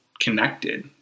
connected